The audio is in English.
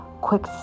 quick